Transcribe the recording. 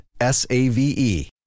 S-A-V-E